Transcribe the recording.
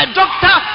doctor